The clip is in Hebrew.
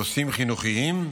נושאים חינוכיים,